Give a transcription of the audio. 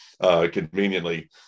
Conveniently